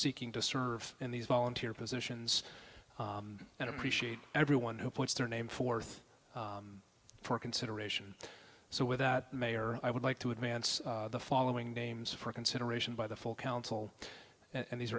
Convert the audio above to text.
seeking to serve in these volunteer positions and appreciate everyone who puts their name forth for consideration so with that mayor i would like to advance the following names for consideration by the full council and these